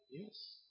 Yes